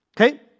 Okay